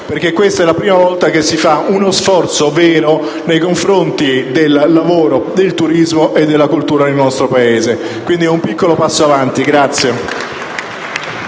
perche´ questa ela prima volta che si fa uno sforzo vero nei confronti del lavoro nel settore turistico e della cultura nel nostro Paese. Quindi, e un piccolo passo avanti.